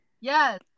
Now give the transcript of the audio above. Yes